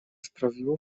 sprawiło